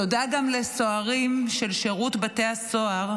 תודה גם לסוהרים של שירות בתי הסוהר,